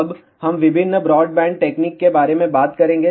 अब हम विभिन्न ब्रॉडबैंड टेक्नीक के बारे में बात करेंगे